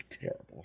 terrible